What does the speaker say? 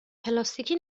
پلاستیکی